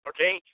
Okay